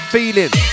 Feeling